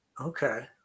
Okay